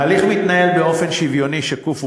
ההליך מנוהל באופן שוויוני שקוף ופומבי,